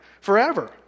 forever